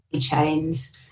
chains